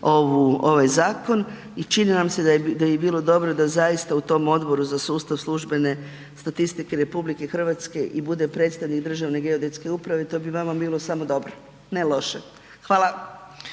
ovaj zakon i čini nam se da bi bilo dobro da zaista u tom Odboru za sustav službene statistike RH i bude predstavnik državne geodetske uprave, to bi vama bilo samo dobro, ne loše. Hvala.